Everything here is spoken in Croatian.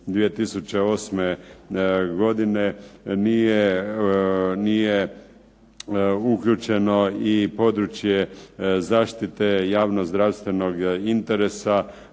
2008. godine nije uključeno i područje zaštite javnozdravstvenog interesa